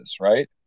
right